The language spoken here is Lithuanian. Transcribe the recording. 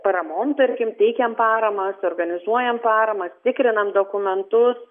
paramom tarkim teikiam paramas organizuojam paramas tikrinam dokumentus